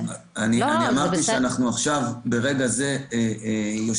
אני אמרתי שאנחנו עכשיו ברגע זה יושבים